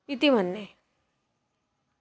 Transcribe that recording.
इति मन्ये